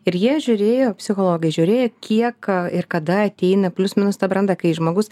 ir jie žiūrėjo psichologai žiūrėjo kiek ir kada ateina plius minus ta branda kai žmogus